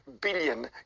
billion